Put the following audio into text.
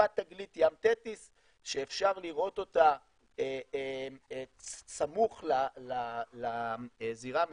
אותה תגלית ים תטיס שאפשר לראות אותה סמוך לזירה המצרית,